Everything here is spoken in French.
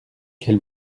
quel